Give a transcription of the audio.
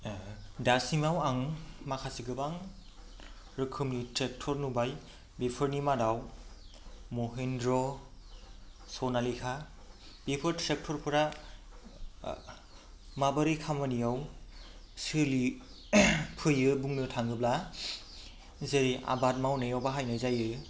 दासिमाव आं माखासे गोबां रोखोमनि ट्रेक्ट'र नुबाय बेफोरनि मादाव माहिन्द्रा सनालिखा बेफोर ट्रेक्ट'रफोरा माबोरै खामानियाव सोलिफैयो बुंनो थाङोब्ला जेरै आबाद मावनायाव बाहायनाय जायो